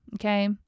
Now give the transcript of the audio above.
Okay